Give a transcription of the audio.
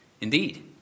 Indeed